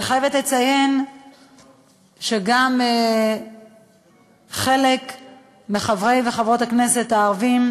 אני חייבת לציין שגם חלק מחברי וחברות הכנסת הערבים